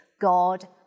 God